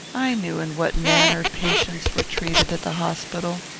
i knew in what manner patients were treated at the hospital,